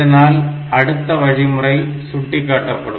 இதனால் அடுத்த வழிமுறை சுட்டிக்காட்டப்படும்